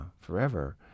forever